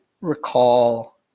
recall